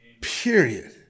Period